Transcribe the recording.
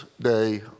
Day